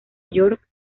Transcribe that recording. york